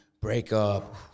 breakup